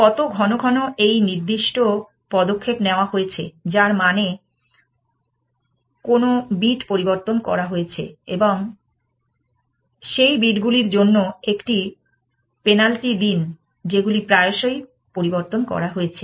কত ঘন ঘন এই নির্দিষ্ট পদক্ষেপ নেওয়া হয়েছে যার মানে কোন বিট পরিবর্তন করা হয়েছে এবং সেই বিটগুলির জন্য একটি পেনাল্টি দিন যেগুলি প্রায়শই পরিবর্তন করা হয়েছে